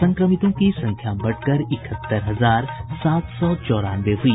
संक्रमितों की संख्या बढ़कर इकहत्तर हजार सात सौ चौरानवे हुई